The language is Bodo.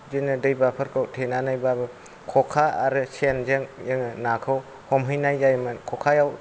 बिदिनो दैमाफोरखौ थेनानैबाबो खखा आरो सेनजों जोङो नाखौ हमहैनाय जायोमोन खखायाव